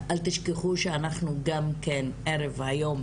אל תשכחו שאנחנו גם כן כמעט ערב היום